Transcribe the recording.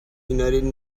united